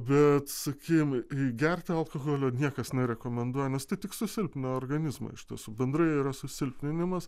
bet sakykim gerti alkoholio niekas nerekomenduoja nes tai tik susilpnina organizmą iš tiesų bendrai yra susilpninimas